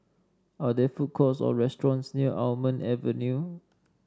are there food courts or restaurants near Almond Avenue